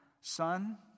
Son